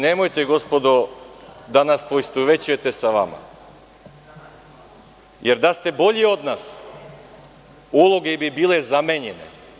I nemojte, gospodo, da nas poistovećujete sa vama, jer da ste bolji od nas uloge bi bile zamenjene.